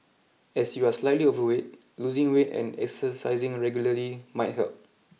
as you are slightly overweight losing weight and exercising regularly might help